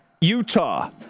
Utah